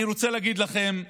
אני רוצה להגיד לכם,